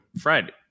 Fred